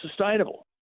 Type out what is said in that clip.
sustainable